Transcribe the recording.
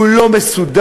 הוא לא מסודר,